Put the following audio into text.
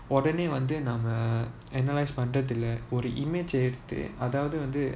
உடனே வந்து நம்ம:udane vanthu namma uh analyse பண்றது இல்ல ஒரு:panrathu illa oru image எடுத்து அதாவது வந்து:eduthu athaavathu vanthu